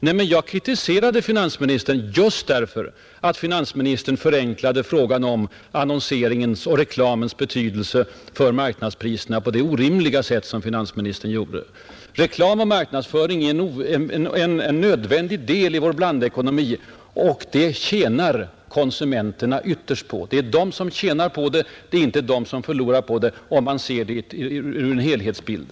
Nej, jag kritiserade finansministern just därför att finansministern förenklade frågan om annonseringens och reklamens betydelse för marknadspriserna på ett helt orimligt sätt. Reklam och marknadsföring är en nödvändig del av vår blandekonomi. Det är konsumenterna som ytterst tjänar därpå. De förlorar inte, de tjänar, om man gör den helhetsbedömning man i sådana här sammanhang måste göra.